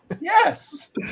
Yes